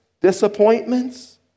disappointments